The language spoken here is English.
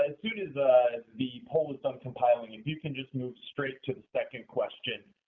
as soon as the poll is done compiling, if you can just move straight to the second question.